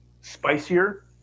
spicier